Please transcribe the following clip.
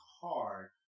hard